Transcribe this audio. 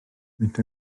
maent